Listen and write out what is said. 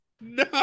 No